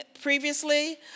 previously